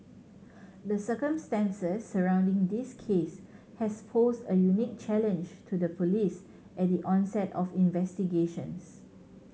the circumstances surrounding this case has posed a unique challenge to the Police at the onset of investigations